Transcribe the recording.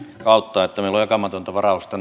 kautta meillä on jakamatonta varausta